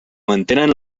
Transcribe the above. mantenen